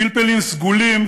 פלפלים סגולים,